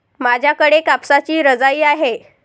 माझ्याकडे कापसाची रजाई आहे